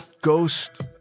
ghost